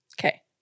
Okay